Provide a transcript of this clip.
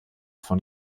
von